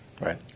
Right